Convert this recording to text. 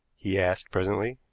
he asked presently.